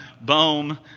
boom